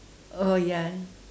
oh ya